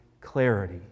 clarity